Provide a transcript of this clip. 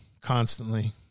constantly